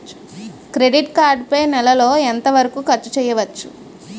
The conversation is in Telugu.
క్రెడిట్ కార్డ్ పై నెల లో ఎంత వరకూ ఖర్చు చేయవచ్చు?